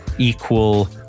equal